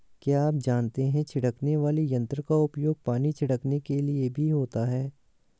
क्या आप जानते है छिड़कने वाले यंत्र का उपयोग पानी छिड़कने के लिए भी होता है?